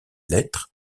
lettres